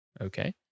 okay